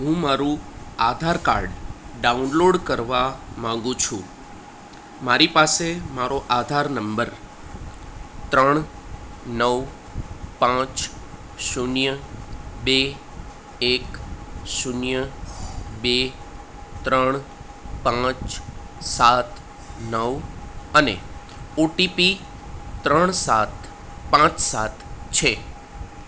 હું મારું Aadhaar card download કરવા માગું છું મારી પાસે મારો આધાર નંબર ત્રણ નવ પાંચ શૂન્ય બે એક શૂન્ય બે ત્રણ પાંચ સાત નવ અને ઓટીપી ત્રણ સાત પાંચ સાત છે